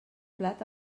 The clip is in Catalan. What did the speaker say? plat